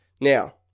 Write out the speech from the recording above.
Now